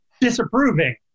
disapproving